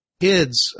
kids